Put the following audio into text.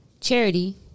charity